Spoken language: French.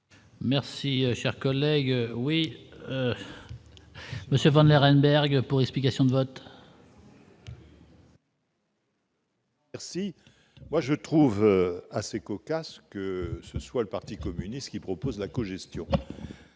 Merci, cher collègue, oui Monsieur Bonnet Arenberg pour explication de vote. Merci, moi je trouve assez cocasse, que ce soit le parti communiste qui propose la co-gestion,